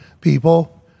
people